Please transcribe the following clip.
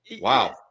Wow